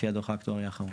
לפי הדוח האקטוארי האחרון.